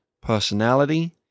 personality